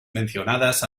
mencionadas